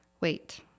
wait